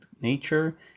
nature